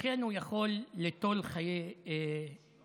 לכן הוא יכול ליטול חיי אישה.